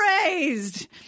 praised